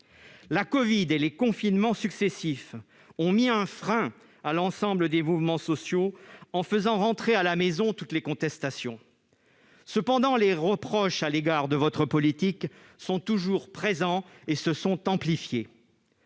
de covid et les confinements successifs ont mis un frein à l'ensemble des mouvements sociaux en faisant rentrer à la maison toutes les contestations. Cependant, les reproches à l'égard de votre politique sont toujours présents et se sont amplifiés.